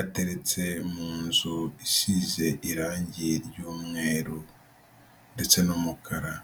ateretse mu nzu isize irangi ry'umweru ndetse n'umukara.